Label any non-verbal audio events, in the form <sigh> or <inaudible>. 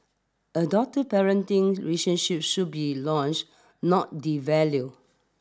adoptive parenting relationships should be <noise> not devalued